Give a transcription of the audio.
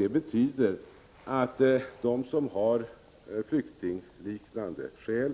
Detta betyder att de som har flyktingliknande skäl